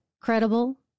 credible